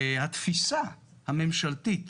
התפיסה הממשלתית